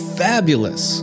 fabulous